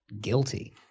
guilty